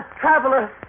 traveler